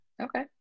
Okay